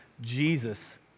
Jesus